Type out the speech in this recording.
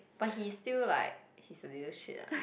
but he still like he's a little shit lah